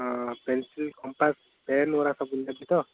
ହଁ pencil compass pen ଗୁଡ଼ା ସବୁ ନେବି ତ